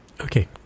Okay